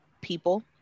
people